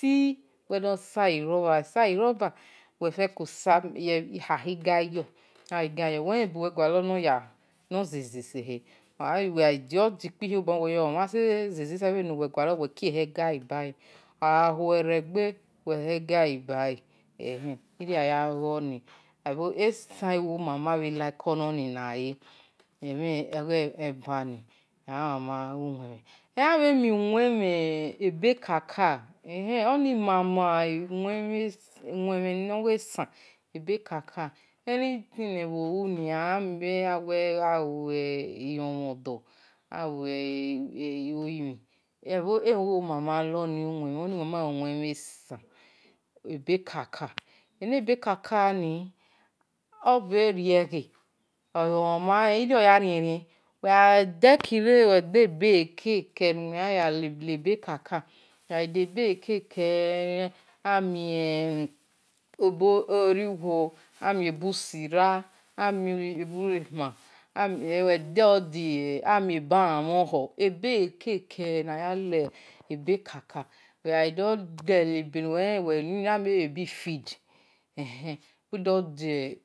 tee uwi-dosa-yi robber, uwe gha sayi robber uwi feko avie-igayi yo uwi yo-obor khue-len re-ghe, uwelen ebo-yan ze-ze sehe uwe ghadi-kpihion obor nowe yo omhan zeze ge bhe nuwe gualor we-kie zi gayi balle ogha khue-re gbe uwe-he-igayi bale ehen esan owo mama like oni na-le, then abhe mi-uwin-mhin ebe-kaka chenoni mama owin-mhen esan anything nebho lu-nia awe ilon-mhon-doh iwo-limhin ewo mama luo-noni, oni owon-mhe, esan enebe-kaka ni obhe rie ghe irio oya rien-rien ogha-de-ki-re ude-ebe keke nuwe khian ya lebekaka amien ebe-oriwo, ebe usira, ebe-alamhon-khon ebe-eke-kel na-ya le-ebe-kaka uwe gha do-dele ebe field ehen wi-do-dee.